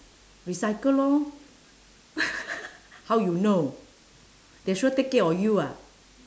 recycle lor how you know they sure take care of you ah